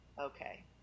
Okay